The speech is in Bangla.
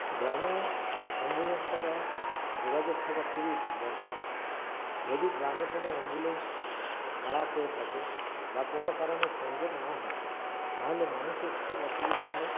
গ্রামে অ্যাম্বুলেন্স থাকা যোগাযোগ থাকা খুবই দরকার যদি গ্রামে কোন অ্যাম্বুলেন্স খারাপ হয়ে থাকে বা কোন কারণে সংযোগ না হয় তাহলে মানুষের খুব অসুবিধা হয়